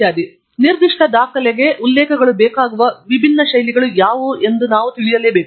ಆದ್ದರಿಂದ ನಿರ್ದಿಷ್ಟ ಡಾಕ್ಯುಮೆಂಟ್ಗೆ ಉಲ್ಲೇಖಗಳು ಬೇಕಾಗುವ ವಿಭಿನ್ನ ಶೈಲಿಗಳು ಯಾವುವು ಎಂಬುದನ್ನು ನಾವು ತಿಳಿದಿರಲೇಬೇಕು